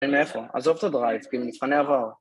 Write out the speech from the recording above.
זה מאיפה? עזוב את הדרייב מבחני עבר